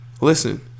Listen